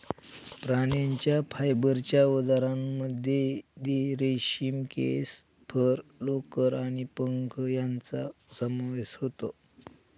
प्राण्यांच्या फायबरच्या उदाहरणांमध्ये रेशीम, केस, फर, लोकर आणि पंख यांचा समावेश होतो